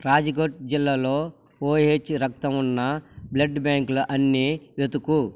రాజ్కోట్ జిల్లాలో ఓహెచ్ రక్తం ఉన్న బ్లడ్ బ్యాంకుల అన్ని వెతుకు